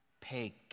pay